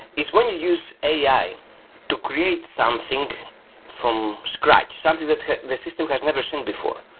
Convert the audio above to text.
is when you use ai to create something from scratch. something that the system has never seen before.